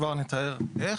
כבר נתאר איך,